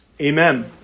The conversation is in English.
amen